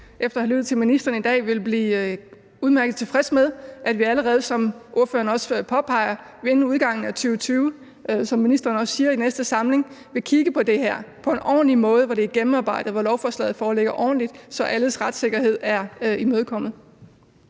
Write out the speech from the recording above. efter at have lyttet til ministeren i dag vil blive udmærket tilfreds med, at vi allerede, som spørgeren også påpeger, inden udgangen af 2020, som ministeren også siger, altså i næste samling, vil kigge på det på en ordentlig måde, så lovforslaget er ordentlig gennemarbejdet og alles retssikkerhed er tilgodeset.